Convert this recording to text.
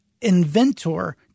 inventor